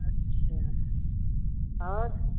अच्छा और